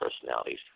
personalities